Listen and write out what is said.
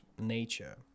nature